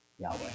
Yahweh